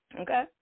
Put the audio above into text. Okay